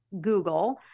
Google